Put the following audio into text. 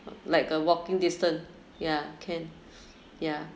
like uh walking distance ya can ya